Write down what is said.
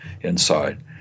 inside